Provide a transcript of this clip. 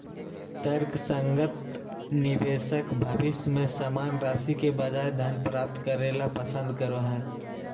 तर्कसंगत निवेशक भविष्य में समान राशि के बजाय धन प्राप्त करे ल पसंद करो हइ